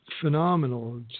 phenomenal